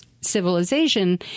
Civilization